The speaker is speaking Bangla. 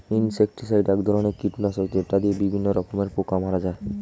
ইনসেক্টিসাইড এক ধরনের কীটনাশক যেটা দিয়ে বিভিন্ন রকমের পোকা মারা হয়